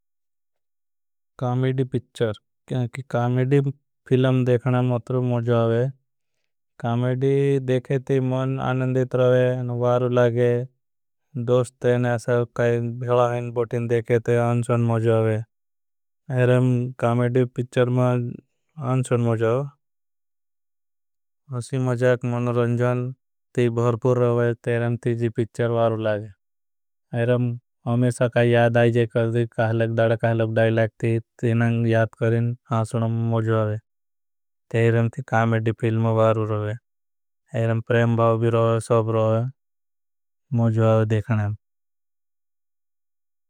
Comedy picture क्यांकि comedy film देखना मतरू। मुझावे देखे ती मुन आनंदित रहे वारु लागे ने ऐसा। काई भीला हैं बोटिन देखे ते आनसुन मुझावे कामेडी। पिक्चर मा आनसुन मुझावे मुझाक। मनु रंजवन थी भरपूर रहे थेरम थी जी पिछ्चर वारु लागे। हमेशा का याद आईजे कदी काहलक दाड़ काहलक। डाइलाक थी तेनां याद करें आनसुन मुझावे थी कामेडी। फिलम वारु रहे प्रेम भाव भी रहा है सब रहा है देखने हैं।